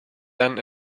than